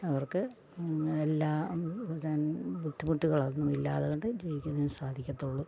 അവര്ക്ക് എല്ലാ ബുദ്ധിമുട്ടുകൾ ഒന്നും ഇല്ലാതെ കണ്ട് ജീവിക്കുന്നതിന് സാധികത്തുള്ളു